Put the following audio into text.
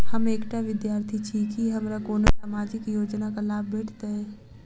हम एकटा विद्यार्थी छी, की हमरा कोनो सामाजिक योजनाक लाभ भेटतय?